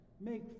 Make